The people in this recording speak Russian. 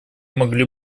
могли